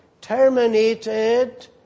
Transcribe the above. terminated